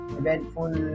eventful